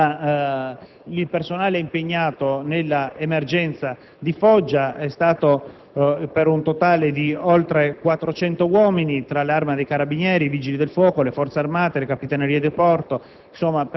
del personale impegnato nell'emergenza di Foggia è stato di oltre 400 uomini tra l'Arma dei carabinieri, i Vigili del fuoco, le Forze armate e le Capitanerie di porto;